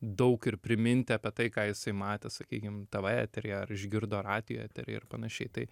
daug ir priminti apie tai ką jisai matė sakykim tv eteryje ar išgirdo radijo eteryje ir panašiai tai